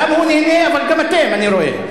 גם הוא נהנה, אבל גם אתם, אני רואה.